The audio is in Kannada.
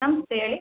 ನಮಸ್ತೆ ಹೇಳಿ